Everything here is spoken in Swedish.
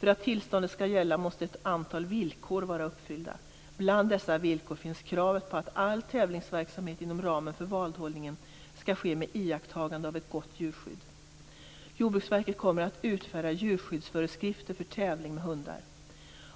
För att tillståndet skall gälla måste ett antal villkor vara uppfyllda. Bland dessa villkor finns kravet att all tävlingsverksamhet inom ramen för vadhållningen skall ske med iakttagande av ett gott djurskydd. Jordbruksverket kommer att utfärda djurskyddsföreskrifter för tävling med hundar.